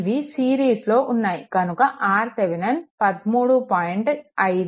ఇవి సిరీస్లో ఉన్నాయి కనుక RThevenin 13